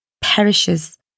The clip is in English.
perishes